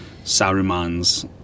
Saruman's